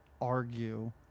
argue